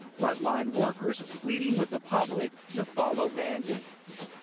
front line workers pleading with the public to follow mandates.